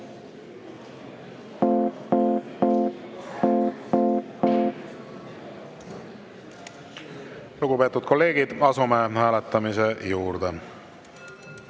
Lugupeetud Riigikogu, asume hääletamise juurde.